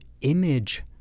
image